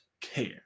care